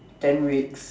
ten weeks